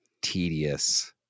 tedious